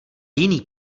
jiný